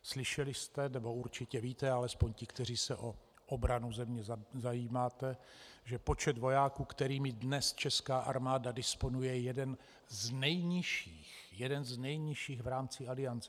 Slyšeli jste, nebo určitě víte, alespoň ti, kteří se o obranu země zajímáte, že počet vojáků, kterými dnes česká armáda disponuje, je jeden z nejnižších jeden z nejnižších v rámci Aliance.